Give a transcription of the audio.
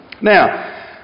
Now